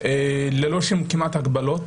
ללא הגבלות כמעט,